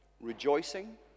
Rejoicing